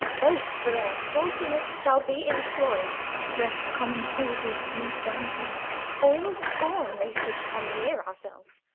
both for their sauciness shall be employ'd to dress the common soldiers' meat and drink for we will scorn they should come near ourselves.